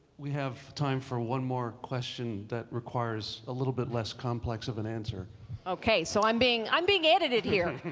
we have time for one more question that requires a little bit less complex of an answer. cf okay, so i'm being i'm being edited here.